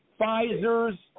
Pfizer's